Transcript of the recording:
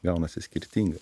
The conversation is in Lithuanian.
gaunasi skirtinga